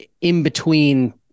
in-between